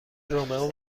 رومئو